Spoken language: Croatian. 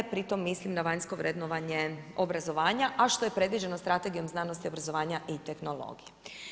Pritom mislim na vanjsko vrednovanje obrazovanja, a što je predviđeno Strategijom znanosti i obrazovanja i tehnologije.